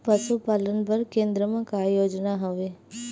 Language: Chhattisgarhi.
पशुपालन बर केन्द्र म का योजना हवे?